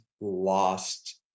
lost